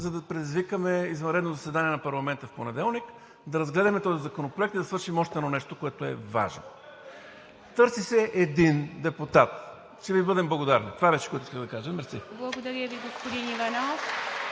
за да предизвикаме извънредно заседание на парламента в понеделник, да разгледаме този законопроект и да свършим още едно нещо, което е важно. Търси се един депутат, ще Ви бъдем благодарни. Това беше, което исках да кажа. Мерси. (Ръкопляскания.)